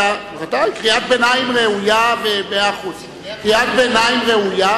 מעיין בניירות, הוא שומע כל מלה, תאמין לי.